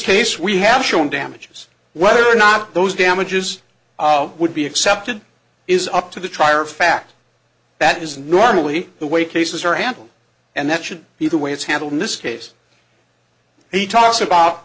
case we have shown damages whether or not those damages would be accepted is up to the trier of fact that is normally the way cases are handled and that should be the way it's handled in this case he talks about